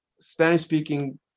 Spanish-speaking